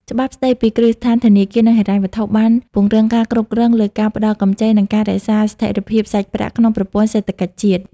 ច្បាប់ស្ដីពីគ្រឹះស្ថានធនាគារ និងហិរញ្ញវត្ថុ បានពង្រឹងការគ្រប់គ្រងលើការផ្ដល់កម្ចី និងការរក្សាស្ថិរភាពសាច់ប្រាក់ក្នុងប្រព័ន្ធសេដ្ឋកិច្ចជាតិ។